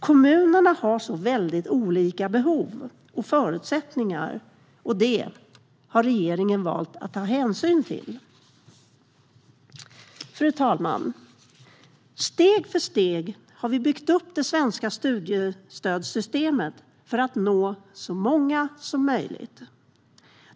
Kommunerna har väldigt olika behov och förutsättningar, och det har regeringen valt att ta hänsyn till. Fru talman! Steg för steg har vi byggt upp det svenska studiestödssystemet för att nå så många som möjligt.